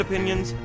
Opinions